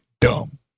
dumb